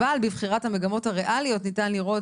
אבל בבחירת המגמות הריאליות ניתן לראות